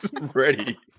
ready